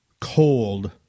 cold